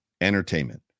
Entertainment